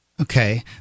Okay